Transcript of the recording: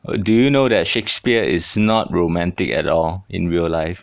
what do you know that shakespeare is not romantic at all in real life